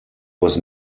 was